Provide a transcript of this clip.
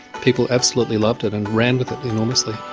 people absolutely loved it and ran with it enormously.